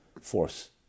force